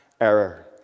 error